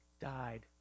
died